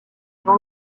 jean